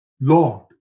Lord